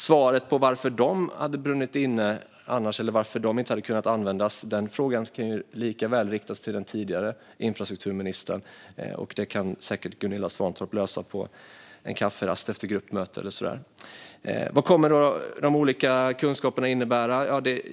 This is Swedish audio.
Frågan varför pengarna hade brunnit inne eller varför de inte hade kunnat användas kan lika väl riktas till den tidigare infrastrukturministern, och detta kan säkert Gunilla Svantorp lösa på en kafferast efter ett gruppmöte eller så. Vad kommer då de olika kunskaperna att innebära?